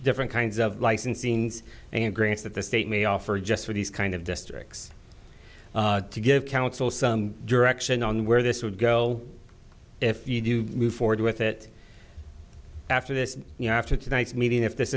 different kinds of licensing and grants that the state may offer just for these kind of districts to give counsel some direction on where this would go if you do move forward with it after this you know after tonight's meeting if this